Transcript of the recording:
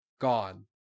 gone